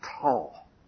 tall